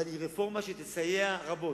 אבל היא רפורמה שתסייע רבות.